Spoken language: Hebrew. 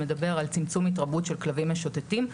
שמדבר על צמצום התרבות של כלבים משוטטים.